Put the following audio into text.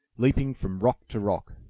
leaping from rock to rock.